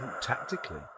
tactically